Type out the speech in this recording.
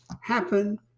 happen